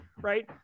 right